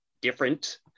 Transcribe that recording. different